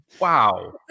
wow